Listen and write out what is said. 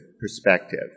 perspective